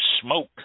Smoke